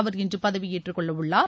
அவர் இன்று பதவி ஏற்றுக்கொள்ள உள்ளார்